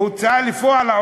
בהוצאה לפועל,